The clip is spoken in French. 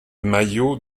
maillot